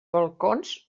balcons